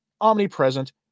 omnipresent